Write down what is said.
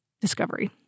discovery